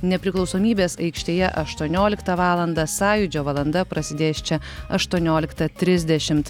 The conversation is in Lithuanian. nepriklausomybės aikštėje aštuonioliktą valandą sąjūdžio valanda prasidės čia aštuonioliktą trisdešimt